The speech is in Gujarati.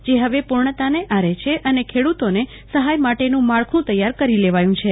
જે હવે પુર્ણતાને આરે છે અને ખેડુતોને સહાય માટેનું માળખુ તૈયાર કરી લેવાયુ છે